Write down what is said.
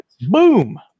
boom